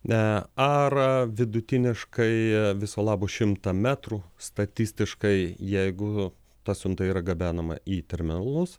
ne ar vidutiniškai viso labo šimtą metrų statistiškai jeigu ta siunta yra gabenama į terminalus